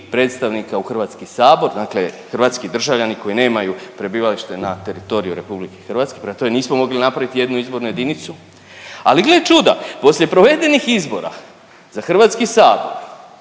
predstavnika u HS, dakle hrvatski državljani koji nemaju prebivalište na teritoriju RH. Prema tome nismo mogli napravit jednu izbornu jedinicu, ali gle čuda poslije provedenih izbora za HS gdje smo